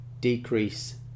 decrease